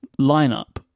lineup